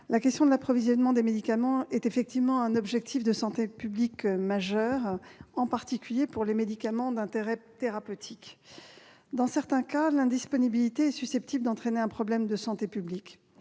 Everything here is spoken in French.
Watrin, l'approvisionnement en médicaments est un objectif de santé publique majeur, en particulier pour les médicaments d'intérêt thérapeutique. Dans certains cas, l'indisponibilité est susceptible d'entraîner un problème de santé publique,